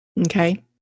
okay